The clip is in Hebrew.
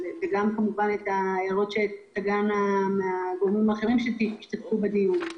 וכמו גם את ההערות שתגענה מהגורמים האחרים שישתתפו בדיון.